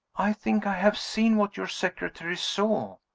i think i have seen what your secretary saw.